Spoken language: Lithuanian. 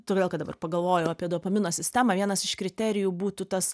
todėl kad dabar pagalvojau apie dopamino sistemą vienas iš kriterijų būtų tas